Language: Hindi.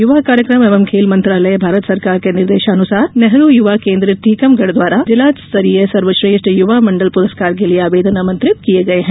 युवा कार्यक्रम एवं खेल मंत्रालय भारत सरकार के निर्देशानुसार नेहरू युवा केन्द्र टीकमगढ द्वारा जिला स्तरीय सर्वश्रेठ युवा मण्डल पुरस्कार के लिए आवेदन आमंत्रित किए गए है